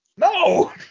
No